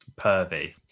pervy